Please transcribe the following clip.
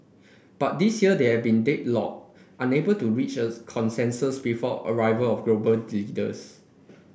but this year they have been deadlocked unable to reach as consensus before arrival of global leaders